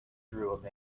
through